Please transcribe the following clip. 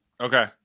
Okay